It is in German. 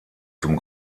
zum